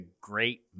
great